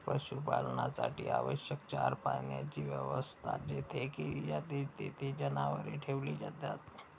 पशुपालनासाठी आवश्यक चारा पाण्याची व्यवस्था जेथे केली जाते, तेथे जनावरे ठेवली जातात